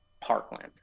Parkland